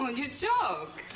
you joke.